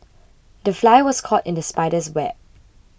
the fly was caught in the spider's web